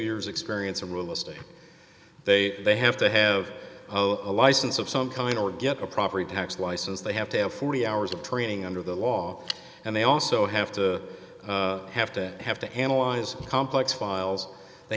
years experience a real estate they they have to have a license of some kind or get a property tax license they have to have forty hours of training under the law and they also have to have to have to analyze complex files they